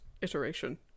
iteration